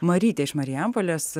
marytė iš marijampolės